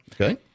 Okay